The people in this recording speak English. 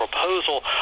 proposal